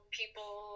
people